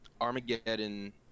Armageddon